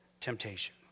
temptation